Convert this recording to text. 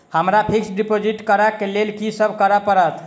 हमरा fixed deposit करऽ केँ लेल की सब करऽ पड़त?